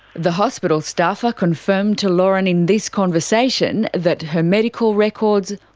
the hospital staffer confirmed to lauren in this conversation that her medical records,